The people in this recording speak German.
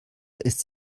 ist